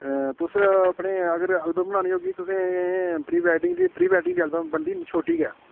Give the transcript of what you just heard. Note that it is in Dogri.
तुस अपने अगर एल्बम बनानी होगी तुसें प्री वेडिंग प्री वेडिंग दी एल्बम बनदी छोटी गै